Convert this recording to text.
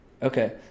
Okay